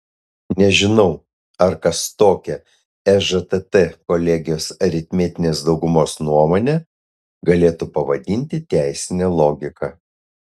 nežinau ar kas tokią ežtt kolegijos aritmetinės daugumos nuomonę galėtų pavadinti teisine logika